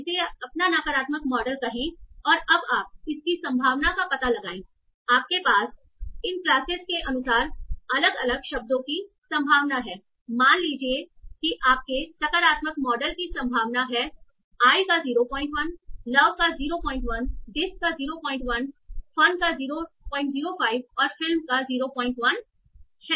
इसे अपना नकारात्मक मॉडल कहें और अब आप इसकी संभावना का पता लगाएंआपके पास इन क्लासेस के अनुसार अलग अलग शब्दों की संभावना हैमान लीजिए कि आपके सकारात्मक मॉडल की संभावना है आई का 01 लव का 01 दिस का 001 fun फन का 005 और film फिल्म का 01 है